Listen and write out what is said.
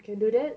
you can do that